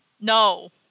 no